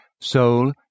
Soul